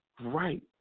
Right